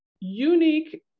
unique